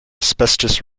asbestos